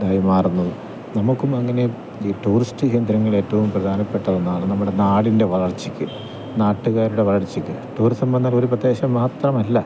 ഇതായി മാറുന്നത് നമുക്കൊന്നും അങ്ങനെ ഈ ടൂറിസ്റ്റ് കേന്ദ്രങ്ങളേറ്റവും പ്രധാനപ്പെട്ട ഒന്നാണ് നമ്മുടെ നാടിൻ്റെ വളർച്ചയ്ക്ക് നാട്ടുകാരുടെ വളർച്ചയ്ക്ക് ടൂറിസം വന്നാലൊരു പ്രദേശം മാത്രമല്ല